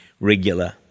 regular